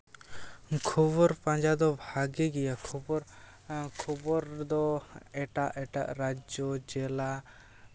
ᱠᱷᱚᱵᱚᱨ ᱯᱟᱸᱡᱟ ᱫᱚ ᱵᱷᱟᱜᱮ ᱜᱮᱭᱟ ᱠᱷᱚᱵᱚᱨ ᱠᱷᱚᱵᱚᱨ ᱫᱚ ᱮᱴᱟᱜ ᱮᱴᱟᱜ ᱨᱟᱡᱽᱡᱚ ᱡᱮᱞᱟ